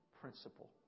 principle